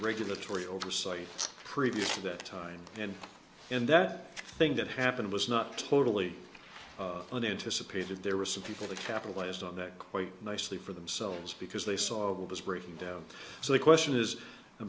regulatory oversight previous to that time and in that thing that happened was not totally unanticipated there were some people that capitalized on that quite nicely for themselves because they saw what was breaking down so the question is i